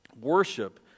Worship